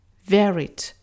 varied